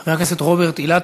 חבר הכנסת רוברט אילטוב.